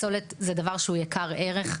פסולת זה דבר שהוא יקר ערך.